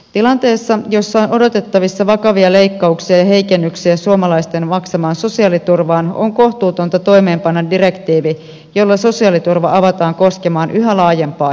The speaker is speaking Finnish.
tilanteessa jossa on odotettavissa vakavia leikkauksia ja heikennyksiä suomalaisten maksamaan sosiaaliturvaan on kohtuutonta toimeenpanna direktiivi jolla sosiaaliturva avataan koskemaan yhä laajempaa joukkoa